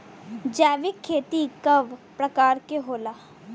जैविक खेती कव प्रकार के होला?